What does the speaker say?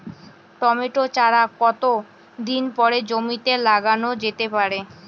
Tomato চারা কতো দিন পরে জমিতে লাগানো যেতে পারে?